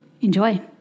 enjoy